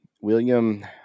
William